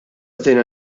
bdejna